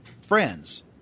friends